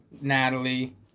Natalie